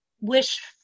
wish